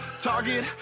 target